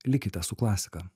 likite su klasika